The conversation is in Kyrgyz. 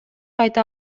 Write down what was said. айта